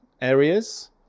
areas